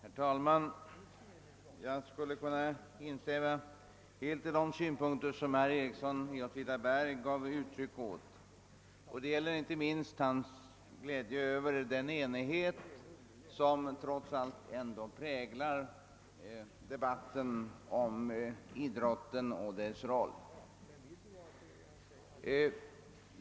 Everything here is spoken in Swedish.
Herr talman! Jag skulle helt kunna instämma i de synpunkter som herr Ericsson i Åtvidaberg gav uttryck åt, och det gäller inte minst hans glädje över den enighet som trots allt präglar debatten om idrotten och dess roll.